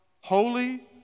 holy